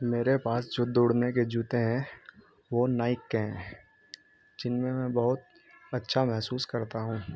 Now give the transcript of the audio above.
میرے پاس جو دوڑنے کے جوتے ہیں وہ نائک کے ہیں جن میں میں بہت اچھا محسوس کرتا ہوں